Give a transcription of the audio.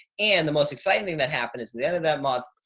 and the most exciting thing that happened is the end of that month,